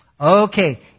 Okay